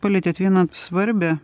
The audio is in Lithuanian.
palietėt vieną svarbią